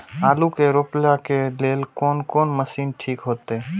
आलू के रोपे के लेल कोन कोन मशीन ठीक होते?